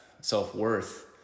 self-worth